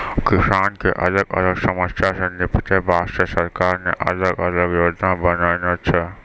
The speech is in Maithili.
किसान के अलग अलग समस्या सॅ निपटै वास्तॅ सरकार न अलग अलग योजना बनैनॅ छै